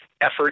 effort